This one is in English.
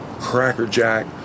crackerjack